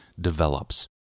develops